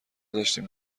داشتین